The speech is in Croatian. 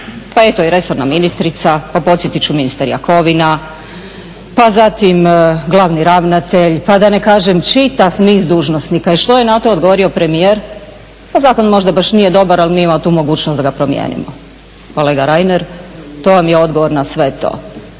Pa eto i resorna ministrica, pa podsjetit ću ministar Jakovina, pa zatim glavni ravnatelj, pa da ne kažem čitav niz dužnosnika. I što je na to odgovorio premijer? Pa zakon možda baš nije dobar, ali mi imamo tu mogućnost da ga promijenimo. Kolega Reiner, to vam je odgovor na sve to.